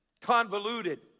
convoluted